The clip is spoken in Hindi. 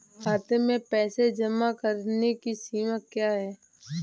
खाते में पैसे जमा करने की सीमा क्या है?